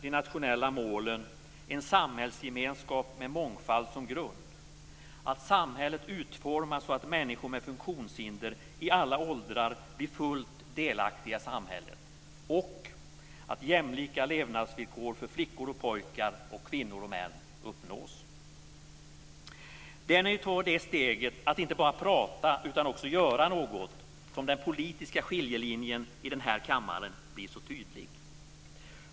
· en samhällsgemenskap med mångfald som grund, · att samhället utformas så att människor med funktionshinder i alla åldrar blir fullt delaktiga i samhället, och Det är när vi tar det steget, att inte bara prata utan att också göra något, som den politiska skiljelinjen i den här kammaren blir så tydlig.